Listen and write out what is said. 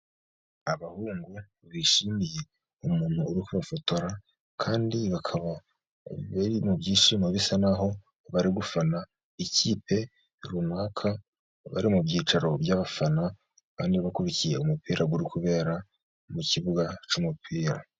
Abahungu bishimiye umuntu uri kwifotora, kandi bakaba mu byishimo, bisa n'aho bari gufana ikipe runaka, bari mu byicaro by'abafana, kandi bakurikiye umupira uri kubera mu kibuga cy'umupira